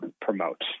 promote